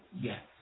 Yes